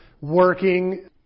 working